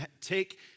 take